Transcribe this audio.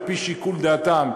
על-פי שיקול דעתם,